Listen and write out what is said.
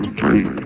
three